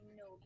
no